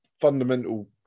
fundamental